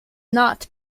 not